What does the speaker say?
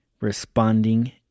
responding